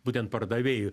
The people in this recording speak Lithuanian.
būtent pardavėjui